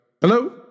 Hello